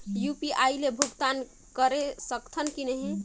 UPI ले भुगतान करे सकथन कि नहीं?